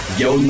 yo